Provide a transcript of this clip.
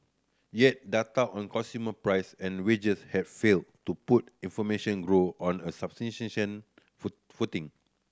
yet data on consumer price and wages have failed to put information grow on a foot footing